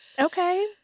Okay